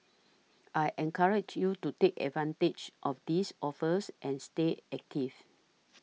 I encourage you to take advantage of these offers and stay active